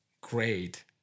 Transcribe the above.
great